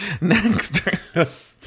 Next